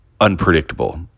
unpredictable